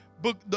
book